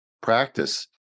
practice